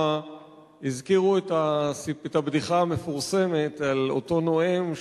הזכירו את הבדיחה המפורסמת על אותו נואם,